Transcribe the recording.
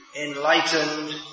enlightened